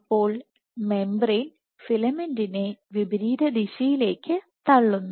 അപ്പോൾ മെംബ്രേയ്ൻ ഫിലമെന്റിനെ വിപരീത ദിശയിലേക്ക് തള്ളുന്നു